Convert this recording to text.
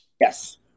Yes